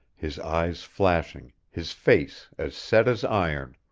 his eyes flashing, his face as set as iron.